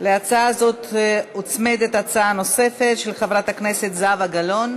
להצעה הזאת מוצמדת הצעה נוספת של חברת הכנסת זהבה גלאון,